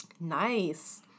Nice